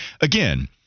again